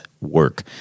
work